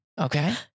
okay